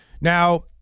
Now